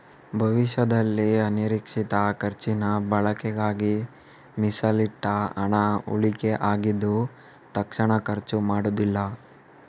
ಭವಿಷ್ಯದಲ್ಲಿ ಅನಿರೀಕ್ಷಿತ ಖರ್ಚಿನ ಬಳಕೆಗಾಗಿ ಮೀಸಲಿಟ್ಟ ಹಣ ಉಳಿಕೆ ಆಗಿದ್ದು ತಕ್ಷಣ ಖರ್ಚು ಮಾಡುದಿಲ್ಲ